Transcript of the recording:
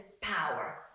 power